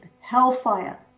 hellfire